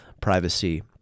privacy